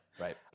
Right